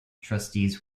trustees